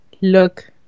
look